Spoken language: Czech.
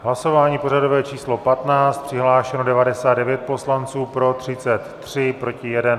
Hlasování pořadové číslo 15, přihlášeno 99 poslanců, pro 33, proti 1.